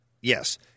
Yes